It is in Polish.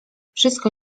wszystko